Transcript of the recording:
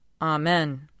Amen